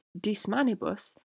dismanibus